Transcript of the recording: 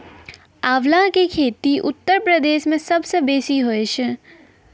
आंवला के खेती उत्तर प्रदेश मअ सबसअ बेसी हुअए छै